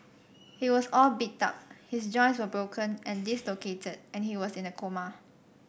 he was all beat up his joints were broken and dislocated and he was in a coma